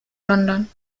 london